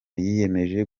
yiyemeje